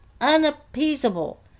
unappeasable